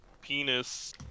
penis